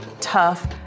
tough